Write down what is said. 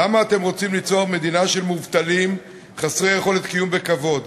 למה אתם רוצים ליצור מדינה של מובטלים חסרי יכולת קיום בכבוד?